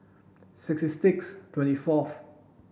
sixty six twenty fourth